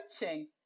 coaching